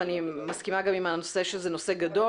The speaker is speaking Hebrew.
אני מסכימה גם עם האמירה שזה נושא גדול.